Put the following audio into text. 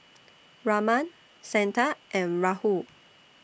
Raman Santha and Rahul